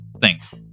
Thanks